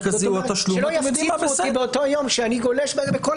שלא יפתיעו אותי באותו יום שאני גולש בכל